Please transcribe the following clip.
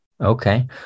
Okay